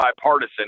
bipartisan